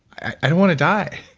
i don't want to die.